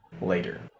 later